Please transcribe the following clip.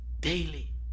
daily